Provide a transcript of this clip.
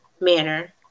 manner